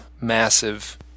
massive